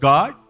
God